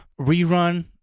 Rerun